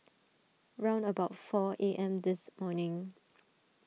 round about four A M this morning